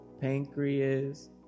pancreas